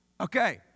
Okay